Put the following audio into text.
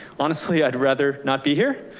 honestly, i'd rather not be here,